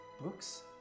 books